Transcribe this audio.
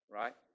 right